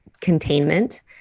containment